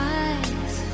eyes